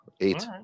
Eight